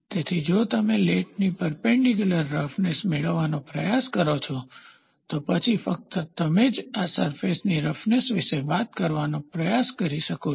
તેથી જો તમે લેટની પરપેન્ડીક્યુલર રફનેસ મેળવવાનો પ્રયાસ કરો છો તો પછી ફક્ત તમે જ આ સરફેસની રફનેસ વિશે વાત કરવાનો પ્રયાસ કરી શકો છો